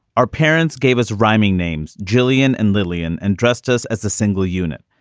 our parents gave us rhyming names jillian and lily and and dressed us as a single unit.